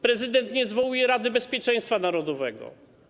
Prezydent nie zwołuje Rady Bezpieczeństwa Narodowego.